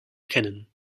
kennen